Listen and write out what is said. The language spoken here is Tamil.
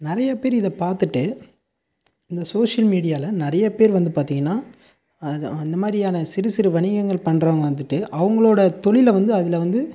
நிறைய பேர் இதை பார்த்துட்டு இந்த சோஷியல் மீடியாவில நிறைய பேர் வந்து பார்த்திங்கனா அதை அந்த மாதிரியான சிறு சிறு வணிகங்கள் பண்ணுறவங்க வந்துட்டு அவங்களோட தொழிலை வந்து அதில் வந்து